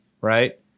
right